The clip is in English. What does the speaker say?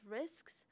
risks